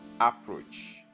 approach